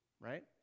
right